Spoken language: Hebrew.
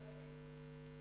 תמה ישיבת